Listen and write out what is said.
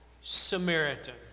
Samaritan